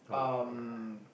um